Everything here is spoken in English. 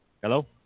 Hello